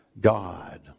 God